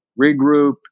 regroup